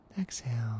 Exhale